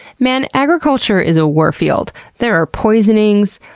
man, agriculture is a war field. there are poisonings,